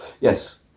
Yes